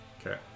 Okay